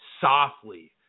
softly